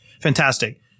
Fantastic